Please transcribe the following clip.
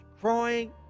crying